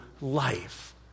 life